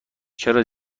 چرا